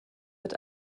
wird